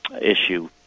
issue